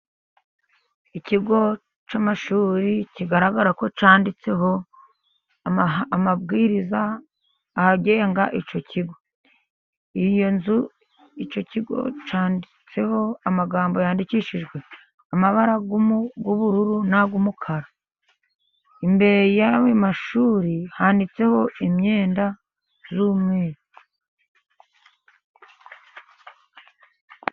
Ikigo cy'amashuri kigaragara ko cyanditseho amabwiriza agenga icyo kigo. Iyo nzu, icyo kigo cyanditseho amagambo yandikishijwe amabara y'ubururu n'umukara. Imbere y'ayo mashuri hanitseho imyenda y 'umweru.